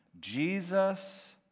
Jesus